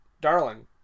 darling